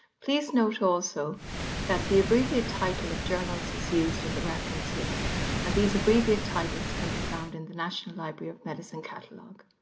please note also that the abbreviated title of journals is used in the reference list and these abbreviated titles can be found in the national library of medicine catalog.